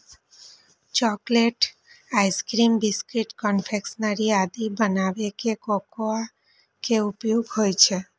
chocolate, ice cream, biscuit, confectionery आदि बनाबै मे कोकोआ के उपयोग होइ छै